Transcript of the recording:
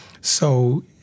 so-